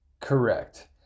Correct